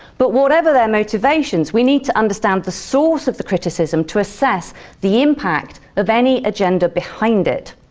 but whatever their motivations, we need to understand the source of the criticisms to assess the impact of any agenda behind it.